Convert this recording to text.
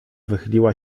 wychyliła